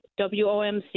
WOMC